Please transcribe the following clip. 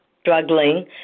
struggling